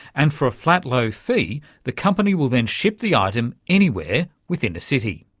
and for a flat low fee the company will then ship the item anywhere within a city.